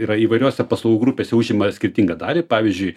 yra įvairiose paslaugų grupėse užima skirtingą dalį pavyzdžiui